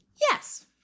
Yes